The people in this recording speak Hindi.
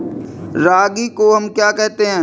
रागी को हम क्या कहते हैं?